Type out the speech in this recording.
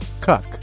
Cuck